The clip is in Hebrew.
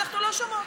אנחנו לא שומעות.